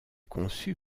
conçue